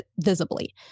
visibly